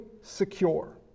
secure